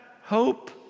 hope